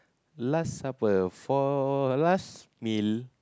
last supper for last meal